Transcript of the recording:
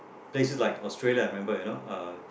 places like Australia remember you know